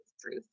truth